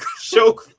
show